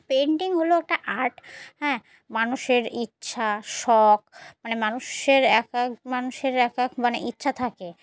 painting হলো একটা art হ্যাঁ মানুষের ইচ্ছা শখ মানে মানুষের এক এক মানুষের এক এক মানে ইচ্ছা থাকে